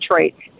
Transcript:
Detroit